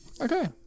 Okay